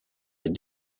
est